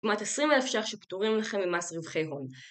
כמעט עשרים אלף שח שפטורים לכם ממס רווחי הון